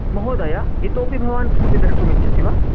महोदय इतोऽपि भवान् किमपि द्रष्टुमिच्छति वा